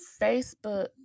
Facebook